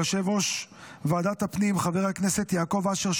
ליושב-ראש ועדת הפנים חבר הכנסת יעקב אשר,